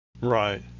Right